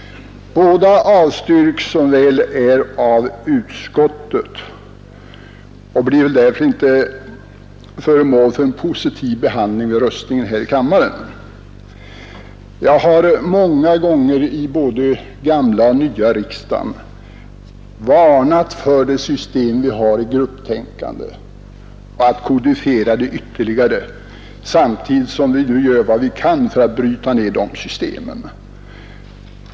Båda motionerna avstyrks som väl är av utskottet och blir väl därför inte föremål för en positiv behandling vid röstningen här i kammaren. Jag har många gånger både i gamla och i nya riksdagen varnat för grupptänkande och för att kodifiera det ytterligare, samtidigt som vi gör vad vi kan för att bryta ner det systemet.